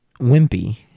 wimpy